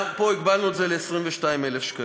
ולכן גם הגבלנו את זה ל-22,000 שקלים.